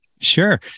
sure